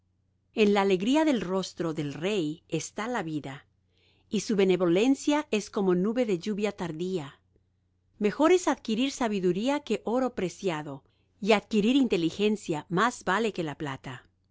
en la alegría del rostro del rey está la vida y su benevolencia es como nube de lluvia tardía mejor es adquirir sabiduría que oro preciado y adquirir inteligencia vale más que la plata